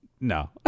no